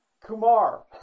Kumar